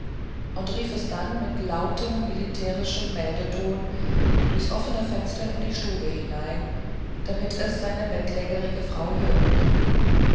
und rief es dann mit lautem militärischem meldeton durchs offene fenster in die stube hinein damit es seine bettlägerige frau hören könne